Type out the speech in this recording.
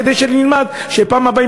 כדי שנלמד שבפעם הבאה,